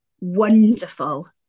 wonderful